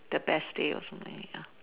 the best day of something ya